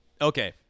okay